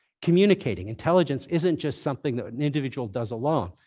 communicating. intelligence isn't just something that an individual does alone.